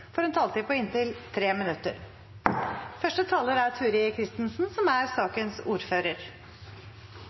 får en taletid på inntil 3 minutter.